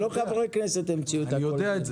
לא חברי הכנסת המציאו אותה.